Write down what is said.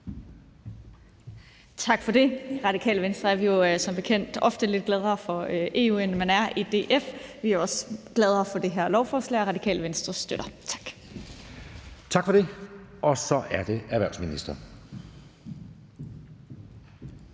Tak for det. I Radikale Venstre er vi jo som bekendt ofte lidt gladere for EU, end man er i DF. Vi er også gladere for det her lovforslag. Radikale Venstre støtter det. Tak. Kl. 13:15 Den fg. formand